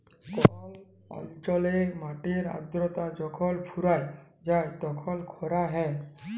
call অল্চলে মাটির আদ্রতা যখল ফুরাঁয় যায় তখল খরা হ্যয়